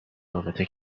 رابطه